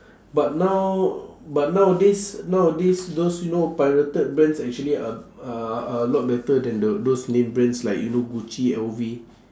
but now but nowadays nowadays those you know pirated brands actually are are are a lot better than the those named brands like you know gucci L_V